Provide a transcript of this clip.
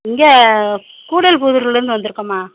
இங்கே கூடல்புதுரிலேருந்து வந்திருக்கோமா